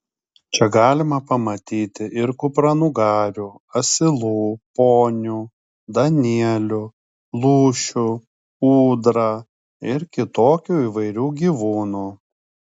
čia galima pamatyti ir kupranugarių asilų ponių danielių lūšių ūdrą ir kitokių įvairių gyvūnų